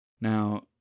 Now